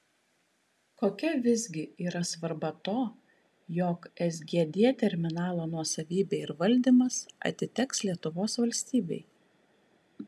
kokia visgi yra svarba to jog sgd terminalo nuosavybė ir valdymas atiteks lietuvos valstybei